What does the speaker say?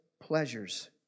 pleasures